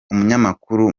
umunyamakuru